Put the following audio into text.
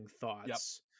thoughts